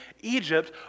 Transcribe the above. Egypt